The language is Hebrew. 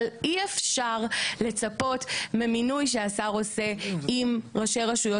אבל אי אפשר לצפות ממינוי שהשר עושה עם ראשי רשויות